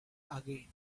again